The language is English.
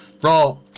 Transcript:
bro